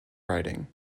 writing